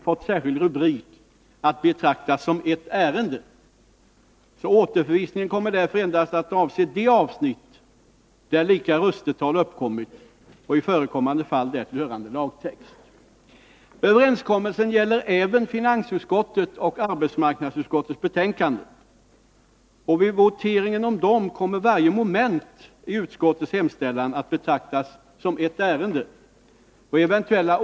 Jag har med företrädare för samtliga partigrupper överenskommit, att om det under den förestående voteringen om skatteutskottets betänkande uppkommer lika röstetal vid något tillfälle och kammaren beslutar om återförvisning till utskottet, kommer varje avsnitt i utskottets hemställan, som i den utdelade voteringsordningen fått särskild rubrik, att betraktas som ett ärende.